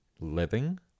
living